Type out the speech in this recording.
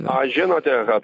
na žinote kad